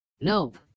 Nope